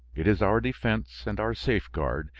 it is our defense and our safeguard,